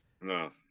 No